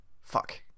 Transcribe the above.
fuck